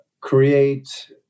create